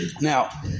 now